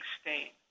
state